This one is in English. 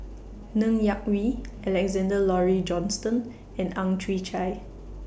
Ng Yak Whee Alexander Laurie Johnston and Ang Chwee Chai